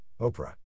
Oprah